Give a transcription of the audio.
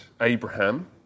Abraham